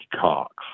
Cox